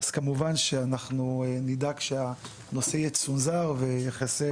כמובן שאנחנו נדאג שהנושא יצונזר ויחסה